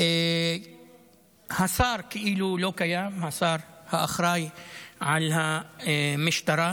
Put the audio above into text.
השר כאילו לא קיים, השר האחראי על המשטרה,